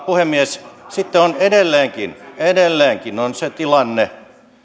puhemies sitten on edelleenkin se tilanne